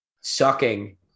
sucking